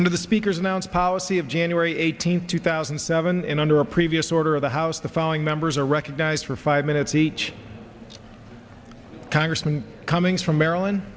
of the speakers announce policy of january eighteenth two thousand and seven and under a previous order of the house the following members are recognized for five minutes each congressman cummings from maryland